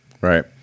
Right